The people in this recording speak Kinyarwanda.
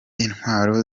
intwaro